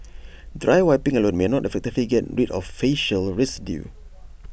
dry wiping alone may not effectively get rid of faecal residue